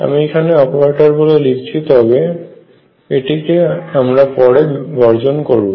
আমি এখানে অপারেটর বলে লিখেছি তবে এটিকে পরে আমরা বর্জন করব